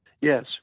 Yes